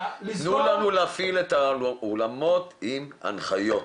תנו לנו להפעיל את האולמות עם הנחיות.